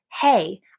hey